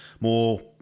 more